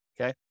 okay